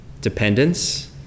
dependence